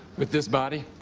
with this body?